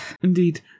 Indeed